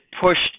pushed